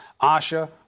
asha